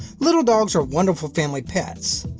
little dogs are wonderful family pets.